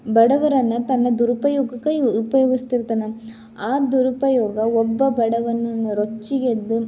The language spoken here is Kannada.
ಬಡವರನ್ನು ತನ್ನ ದುರುಪಯೋಗಕ್ಕೆ ಉಪಯೋಗಿಸ್ತಿರ್ತಾನೆ ಆ ದುರುಪಯೋಗ ಒಬ್ಬ ಬಡವನನ್ನು ರೊಚ್ಚಿಗೆದ್ದು